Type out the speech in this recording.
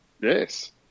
Yes